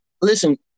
Listen